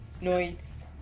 noise